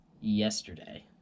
yesterday